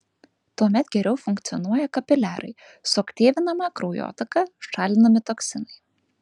tuomet geriau funkcionuoja kapiliarai suaktyvinama kraujotaka šalinami toksinai